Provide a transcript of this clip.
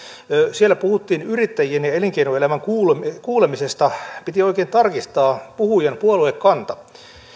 siinä puhuttiin yrittäjien ja ja elinkeinoelämän kuulemisesta kuulemisesta piti oikein tarkistaa puhujan puoluekanta